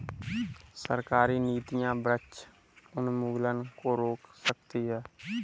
सरकारी नीतियां वृक्ष उन्मूलन को रोक सकती है